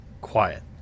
quiet